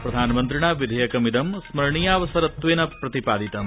प्रधानमन्त्रिणा विधेयकमिद स्मरणीयावसरत्वेन प्रतिपादितम्